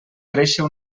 créixer